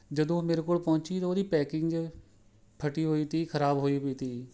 ਜਦੋਂ ਉਹ ਮੇਰੇ ਕੋਲ ਪਹੁੰਚੀ ਤਾਂ ਉਹਦੀ ਪੈਕਿੰਗ ਫਟੀ ਹੋਈ ਤੀ ਖ਼ਰਾਬ ਹੋਈ ਵੀ ਤੀ